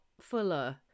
Fuller